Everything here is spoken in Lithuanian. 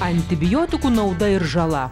antibiotikų nauda ir žala